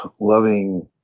loving